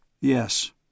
Yes